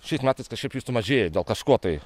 šiais metais kažkaip jų sumažėjo dėl kažko tai